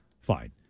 Fine